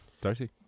Darcy